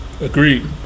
Agreed